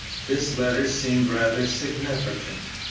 this letter seemed rather significant,